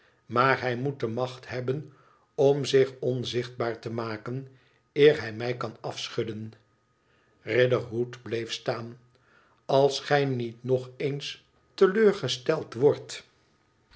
maar hij moet de macht hebben om zich onzichtbaar te maken eer hij mij kan afschudden riderhood bleef staan als gij niet nog eens teleur gesteld wordt